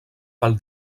pel